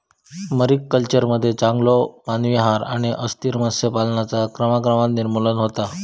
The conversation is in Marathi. मरीकल्चरमध्ये चांगलो मानवी आहार आणि अस्थिर मत्स्य पालनाचा क्रमाक्रमान निर्मूलन होता